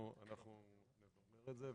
אנחנו נברר את זה.